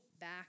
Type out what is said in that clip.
back